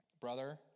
Brother